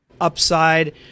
upside